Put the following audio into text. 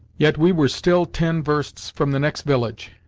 yet we were still ten versts from the next village,